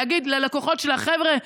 להגיד ללקוחות שלה: חבר'ה,